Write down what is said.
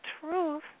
truth